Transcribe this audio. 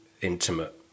intimate